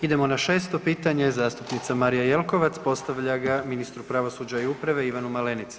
Idemo na 6. pitanje, zastupnica Marija Jelkovac, postavlja ga ministru pravosuđa i uprave, Ivanu Malenici.